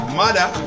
mother